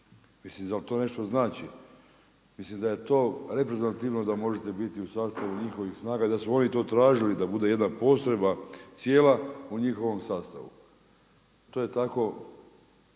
Mislim da li to nešto znači? Mislite da je to reprezentativno da možete biti u sastavu njihovih snaga i da su oni to tražili da bude jedna postrojba cijela u njihovom sastavu. To je tako